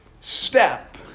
step